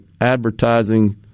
advertising